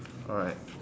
alright